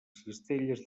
cistelles